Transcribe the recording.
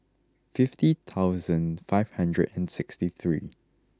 fifty thousand five hundred and sixty three